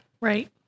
Right